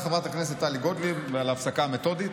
תודה לחברת הכנסת טלי גוטליב על ההפסקה המתודית.